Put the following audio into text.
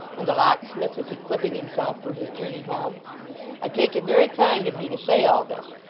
and the locksmith was equipping himself for his journey home i take it very kind of you to say all this,